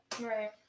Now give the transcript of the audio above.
Right